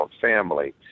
family